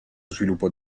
sviluppo